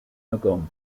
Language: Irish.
agam